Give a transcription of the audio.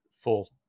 full